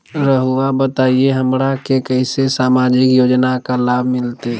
रहुआ बताइए हमरा के कैसे सामाजिक योजना का लाभ मिलते?